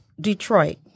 Detroit